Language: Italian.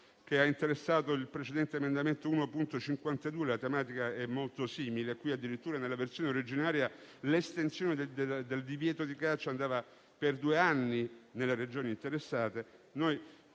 che ha interessato il precedente emendamento 1.52. La tematica è molto simile e qui addirittura nella versione originaria l'estensione del divieto di caccia era di due anni nelle Regioni interessate.